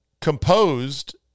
composed